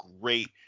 great